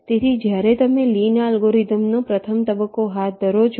તેથી જ્યારે તમે લી ના અલ્ગોરિધમનો પ્રથમ તબક્કો હાથ ધરો છો